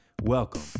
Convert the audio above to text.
Welcome